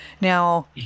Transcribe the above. Now